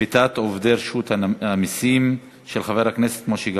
שביתת עובדי רשות המסים, של חבר הכנסת משה גפני,